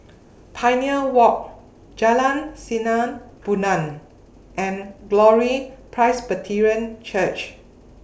Pioneer Walk Jalan Sinar Bulan and Glory Presbyterian Church